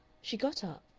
she got up,